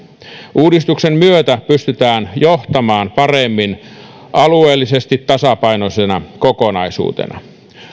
uudistuksen myötä palveluja pystytään johtamaan paremmin alueellisesti tasapainoisena kokonaisuutena